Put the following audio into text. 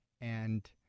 And-